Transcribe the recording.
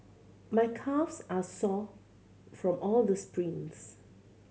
my calves are sore from all the sprints